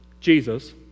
Jesus